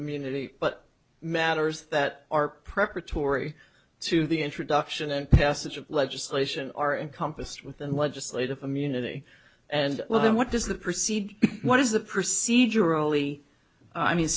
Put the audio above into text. immunity but matters that are preparatory to the introduction and passage of legislation are encompassed within legislative immunity and well then what does the proceed what does the procedurally i mean